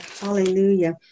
Hallelujah